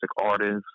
artists